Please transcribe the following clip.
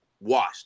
washed